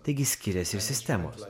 taigi skiriasi ir sistemos